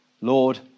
Lord